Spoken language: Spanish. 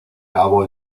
cabo